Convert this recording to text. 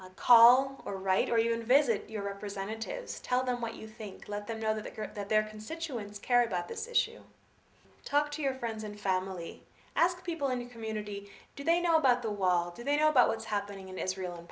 biased call or write or even visit your representatives tell them what you think let them know that that their constituents care about this issue talk to your friends and family ask people in the community do they know about the wall do they know about what's happening in israel and